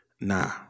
nah